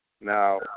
Now